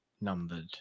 numbered